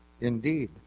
Indeed